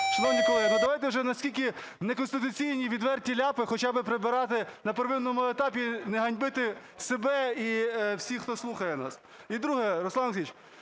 Шановні колеги, давайте вже, наскільки неконституційні відверті ляпати хоча би прибирати на первинному етапі, не ганьбити себе і всіх, хто слухає нас. І друге. Руслане